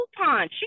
coupon